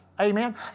amen